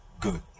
good